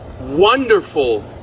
wonderful